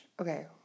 Okay